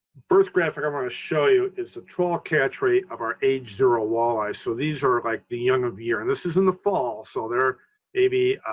first graphic i'm going to show you is the trawl catch rate of our age zero walleyes. so these are like the young of year, and this is in the fall. so they're maybe